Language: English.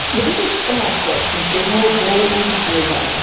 the biggest spy swap since the cold war is over.